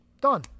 Done